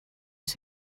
his